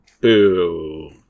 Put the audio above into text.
boo